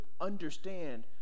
understand